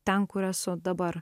ten kur esu dabar